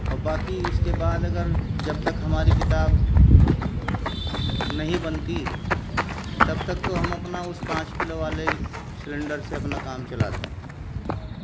اور باقی اس کے بعد اگر جب تک ہماری کتاب نہیں بنتی تب تک تو ہم اپنا اس پانچ کلو والے سلنڈر سے اپنا کام چلاتے ہیں